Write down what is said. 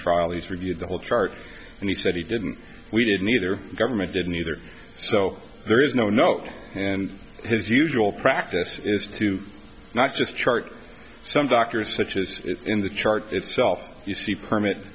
trolleys reviewed the whole chart and he said he didn't we didn't either government didn't either so there is no note and his usual practice is to not just chart some doctors such as in the chart itself you see permit